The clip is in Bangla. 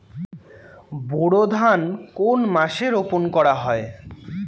বোরো ধান কোন মাসে রোপণ করা হয়?